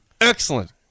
excellent